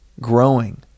growing